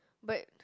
but